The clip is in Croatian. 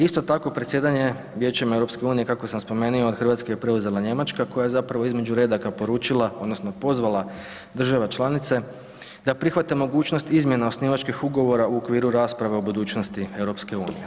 Isto tako predsjedanje Vijećem EU kako sam spomenuo od Hrvatske je preuzela Njemačka koja je zapravo između redaka poručila odnosno pozvala država članice da prihvate mogućnost izmjene osnivačkih ugovora u okviru rasprave o budućnosti EU.